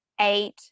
eight